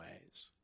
ways